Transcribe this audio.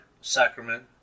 sacrament